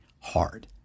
hard